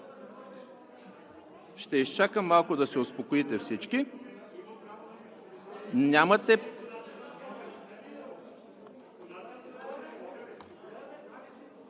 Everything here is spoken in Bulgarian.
Ще изчакам малко да се успокоите всички. СПАС